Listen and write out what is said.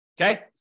okay